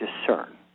discern